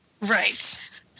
Right